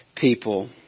people